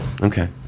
Okay